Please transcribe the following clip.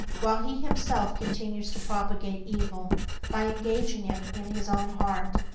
while he himself continues to propagate evil by engaging it in his own heart.